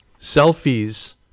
selfies